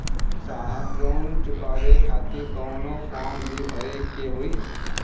साहब लोन चुकावे खातिर कवनो फार्म भी भरे के होइ?